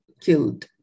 killed